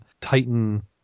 Titan